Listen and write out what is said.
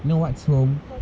you know what's home